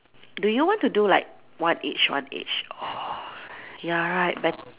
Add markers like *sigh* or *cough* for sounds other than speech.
do you want to do like one each one each or *breath* ya right bet~